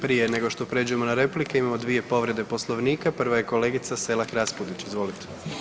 Prije nego što pređemo na replike imamo dvije povrede Poslovnika, prva je kolegica Selak Raspudić, izvolite.